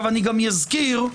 אזכיר גם,